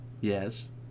Yes